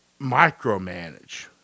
micromanage